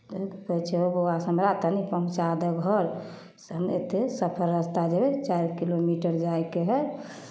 चलू कहै छियै हौ बौआ से हमरा तनि पहुँचा देब घर से हम एतेक सफर रस्ता जेबै चारि किलोमीटर जाइके हइ